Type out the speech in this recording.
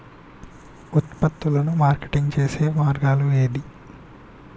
ఉత్పత్తులను మార్కెటింగ్ చేసే మార్గాలు ఏంది?